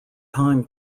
time